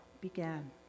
began